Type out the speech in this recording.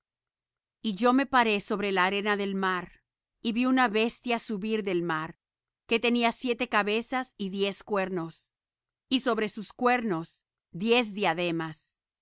y yo me paré sobre la arena del mar y vi una bestia subir del mar que tenía siete cabezas y diez cuernos y sobre sus cuernos diez diademas